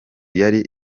yari